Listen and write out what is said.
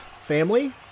family